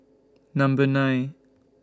Number nine